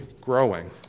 growing